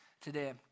today